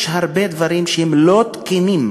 יש הרבה דברים שהם לא תקינים